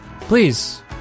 please